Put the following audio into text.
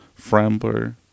Framber